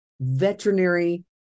Veterinary